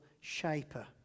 shaper